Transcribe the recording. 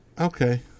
Okay